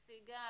סיגל,